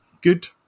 good